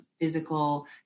physical